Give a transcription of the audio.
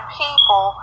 people